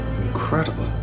Incredible